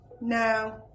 No